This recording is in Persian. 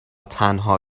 تنها